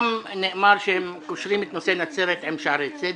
ונאמר שהם קושרים את נושא נצרת עם שערי צדק.